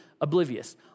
oblivious